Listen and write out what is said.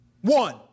one